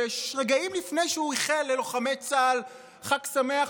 שרגעים לפני שהוא איחל ללוחמי צה"ל חג שמח,